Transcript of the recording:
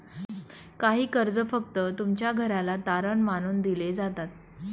काही कर्ज फक्त तुमच्या घराला तारण मानून दिले जातात